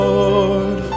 Lord